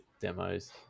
demos